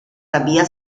había